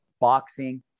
boxing